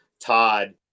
Todd